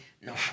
No